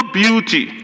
beauty